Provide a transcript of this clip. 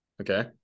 Okay